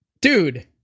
Dude